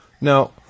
now